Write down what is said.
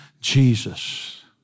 Jesus